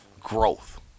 growth